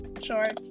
Sure